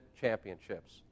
championships